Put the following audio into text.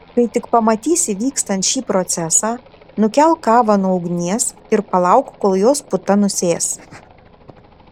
kai tik pamatysi vykstant šį procesą nukelk kavą nuo ugnies ir palauk kol jos puta nusės